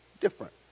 different